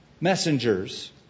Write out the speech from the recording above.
Messengers